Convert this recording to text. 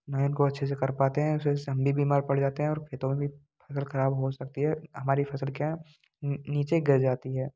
न हीं उनको अच्छे से कर पाते हैं उस वजह से हम भी बीमार पड़ जाते हैं और खेतों का भी फसल खराब हो सकती है हमारी फसल क्या नीचे गिर जाती है